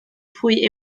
pwy